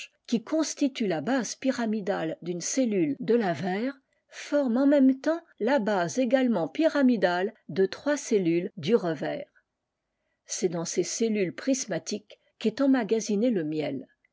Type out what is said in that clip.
qui constituent la base pyramidale d'une cellule de tavers forme en même temps la base également pyramidale de trois cellules du revers c'est dans ces tubes prismatiques qu'est emmagasiné le miel